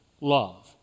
love